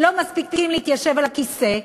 לא מספיקים להתיישב על הכיסא,